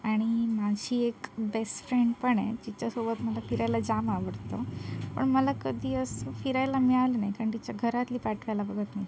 आणि माझी एक बॅस्ट फ्रेंड पण आहे जिच्यासोबत मला फिरायला जाम आवडतं पण मला कधी असं फिरायला मिळालं नाही कारण तिच्या घरातले पाठवायला बघत नाहीत